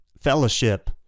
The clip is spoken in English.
fellowship